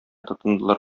тотындылар